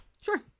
Sure